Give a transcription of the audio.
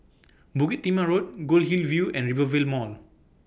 Bukit Timah Road Goldhill View and Rivervale Mall